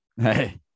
hey